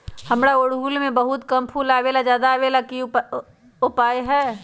हमारा ओरहुल में बहुत कम फूल आवेला ज्यादा वाले के कोइ उपाय हैं?